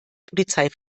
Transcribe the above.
polizei